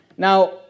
Now